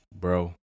Bro